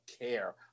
care